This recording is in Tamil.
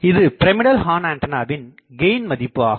இது பிரமிடல் ஹார்ன் ஆண்டனாவின் கெயின் மதிப்பு ஆகும்